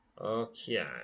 Okay